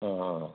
ಹಾಂ ಹಾಂ ಹಾಂ